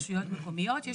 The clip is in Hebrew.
מקומיות.